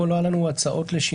פה לא היו לנו הצעות לשינויים.